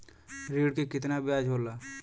ऋण के कितना ब्याज होला?